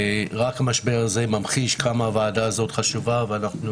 רק המשבר הזה ממחיש כמה הוועדה הזאת חשובה ואנחנו